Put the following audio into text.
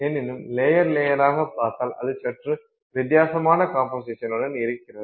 ஏனினும் layer லேயராக பார்த்தால் அது சற்று வித்தியாசமான கம்போசிஷனுடன் இருக்கிறது